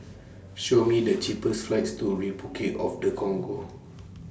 Show Me The cheapest flights to Repuclic of The Congo